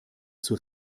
zur